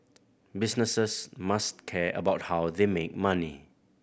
businesses must care about how they make money